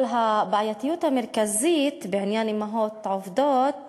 אבל הבעייתיות המרכזית בעניין אימהות עובדות